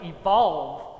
evolve